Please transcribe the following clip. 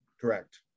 Correct